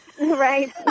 Right